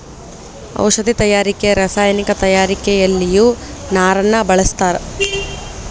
ಔಷದಿ ತಯಾರಿಕೆ ರಸಾಯನಿಕ ತಯಾರಿಕೆಯಲ್ಲಿಯು ನಾರನ್ನ ಬಳಸ್ತಾರ